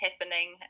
happening